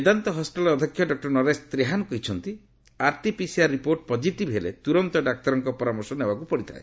ମେଦାନ୍ତ ହସ୍ୱିଟାଲ୍ର ଅଧ୍ୟକ୍ଷ ଡକୁର ନରେଶ ତ୍ରେହାନ୍ କହିଛନ୍ତି ଆର୍ଟିପିସିଆର୍ ରିପୋର୍ଟ ପକିଟିଭ୍ ହେଲେ ତୁରନ୍ତ ଡାକ୍ତରଙ୍କ ପରାମର୍ଶ ନେବାକୁ ପଡ଼ିଥାଏ